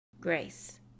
Grace